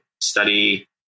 study